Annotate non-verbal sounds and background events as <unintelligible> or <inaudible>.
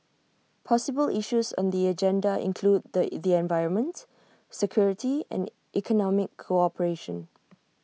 possible issues on the agenda include the <unintelligible> environment security and economic cooperation